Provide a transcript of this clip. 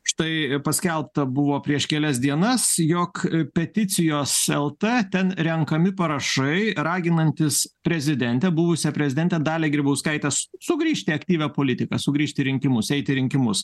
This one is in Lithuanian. štai paskelbta buvo prieš kelias dienas jog peticijos el t ten renkami parašai raginantys prezidentę buvusią prezidentę dalią grybauskaitę sugrįžti į aktyvią politiką sugrįžti į rinkimus eiti į rinkimus